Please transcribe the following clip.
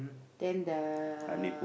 then the